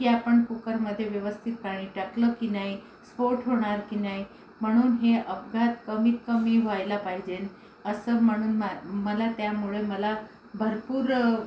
की आपण कुकरमध्ये व्यवस्थित पाणी टाकलं की नाही स्फोट होणार की नाही म्हणून हे अपघात कमीतकमी व्हायला पाहिजेल असं म्हणून मा मला त्यामुळे मला भरपूर